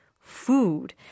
food